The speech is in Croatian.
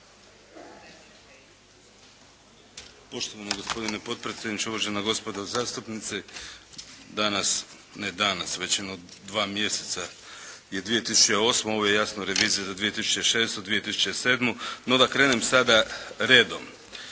Poštovani gospodine potpredsjedniče, uvažena gospodo zastupnici. Danas, ne danas već jedno dva mjeseca je 2008., ovo je jasno revizija za 2006. i 2007. No da krenem sada redom.